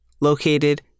located